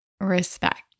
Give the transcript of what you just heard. Respect